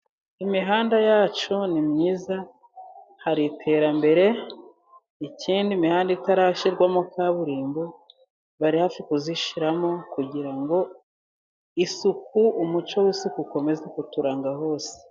Imihanda yacu ni myiza, hari iterambere icyindi n'imihanda itarashyirwamo kaburimbo bari hafi kuzishyiramo, kugira ngo isuku umuco w'isu ukomeze kuturanga hose.